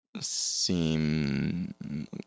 seem